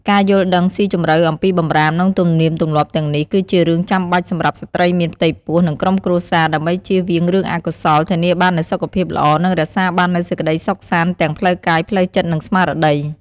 ការយល់ដឹងស៊ីជម្រៅអំពីបម្រាម និងទំនៀមទម្លាប់ទាំងនេះ គឺជារឿងចាំបាច់សម្រាប់ស្ត្រីមានផ្ទៃពោះ និងក្រុមគ្រួសារ ដើម្បីជៀសវាងរឿងអកុសល ធានាបាននូវសុខភាពល្អ និងរក្សាបាននូវសេចក្តីសុខសាន្តទាំងផ្លូវកាយ ផ្លូវចិត្ត និងស្មារតី។